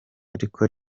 ariko